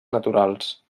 naturals